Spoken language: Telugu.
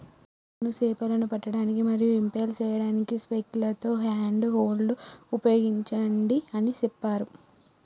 అవును సేపలను పట్టడానికి మరియు ఇంపెల్ సేయడానికి స్పైక్లతో హ్యాండ్ హోల్డ్ ఉపయోగించండి అని సెప్పారు